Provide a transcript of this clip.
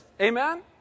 Amen